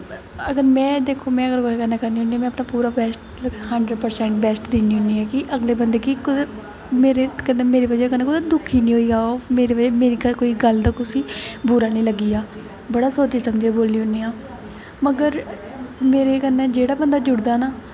अगर में दिक्खो में रोज़ाना करनी होन्नी में अपना बैस्ट हन्डर्ड परसैंट बैस्ट दिन्नी होन्नी ऐं कि अगले बंदे गी मेरी बजह् कन्नै दुखी निं होई जा ओह् मेरी गल्ल दा उसी कोई बुरी निं लग्गी जा बड़ा सोची समझियै बोलनी होन्नी आं मगर मेरे कन्नै जेह्ड़ा बंदा जुड़दा ना